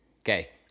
Okay